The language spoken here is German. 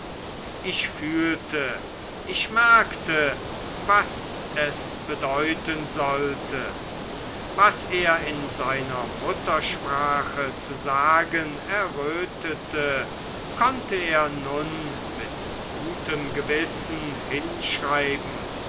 ich fühlte ich merkte was es bedeuten sollte was er in seiner muttersprache zu sagen errötete konnte er nun mit gutem gewissen hinschreiben